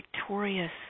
victorious